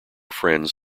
friends